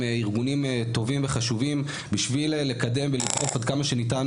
ארגונים טובים וחשובים בשביל לקדם ולדחוף בכמה שניתן